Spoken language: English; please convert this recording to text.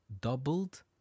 doubled